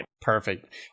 Perfect